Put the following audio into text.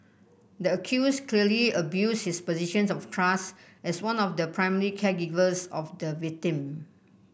the accused clearly abuses his position of trust as one of the primary caregivers of the victim